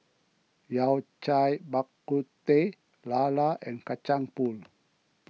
Yao Cai Bak Kut Teh Lala and Kacang Pool